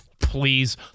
Please